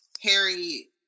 Harry